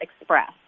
express